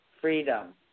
Freedom